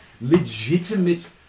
legitimate